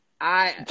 I-